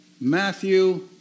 Matthew